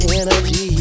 energy